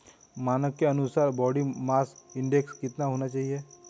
मानक के अनुसार बॉडी मास इंडेक्स कितना होना चाहिए?